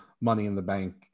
money-in-the-bank